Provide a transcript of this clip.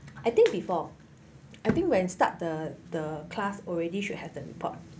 I think before I think when start the the class already should have the report